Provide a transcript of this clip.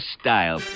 style